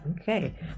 Okay